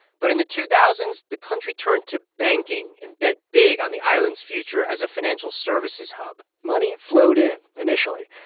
but in the two thousand s, the country turned to banking and bet big on the island's future as a financial services hub money flowed in initially,